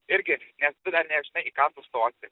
irgi nes tu dar nežinai į ką tu stosi